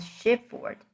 shipboard